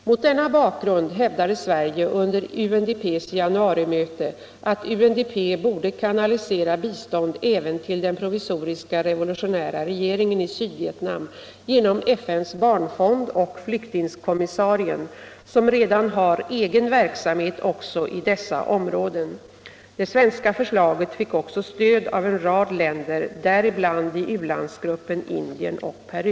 Mot denna bakgrund hävdade Sverige under UNDP:s januarimöte att UNDP borde kanalisera bistånd även till den provisoriska revolutionära regeringen i Sydvietnam genom FN:s barnfond och flyktingkommissarien — som redan har egen verksamhet också i dessa områden. Det svenska förslaget fick också stöd av en rad länder, däribland i u-landsgruppen Indien och Peru.